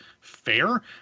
fair